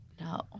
No